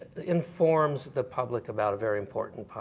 informs the public about a very important